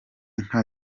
nka